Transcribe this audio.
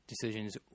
decisions